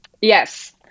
yes